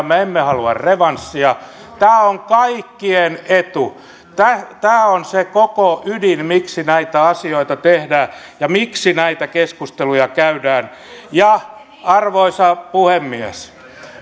me emme halua revanssia tämä on kaikkien etu tämä tämä on se koko ydin miksi näitä asioita tehdään ja miksi näitä keskusteluja käydään arvoisa puhemies